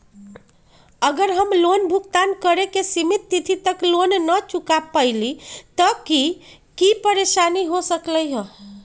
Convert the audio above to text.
अगर हम लोन भुगतान करे के सिमित तिथि तक लोन न चुका पईली त की की परेशानी हो सकलई ह?